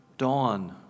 Dawn